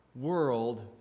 world